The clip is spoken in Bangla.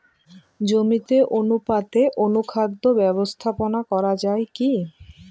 জমিতে অনুপাতে অনুখাদ্য ব্যবস্থাপনা করা য়ায় কি?